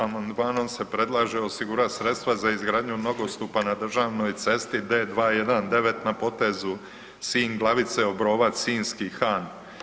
Amandmanom se predlaže osigurati sredstva za izgradnju nogostupa na državnoj cesti D219 na potezu Sinj-Glavice-Obrovac Sinjski-Han.